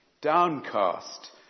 ...downcast